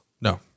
No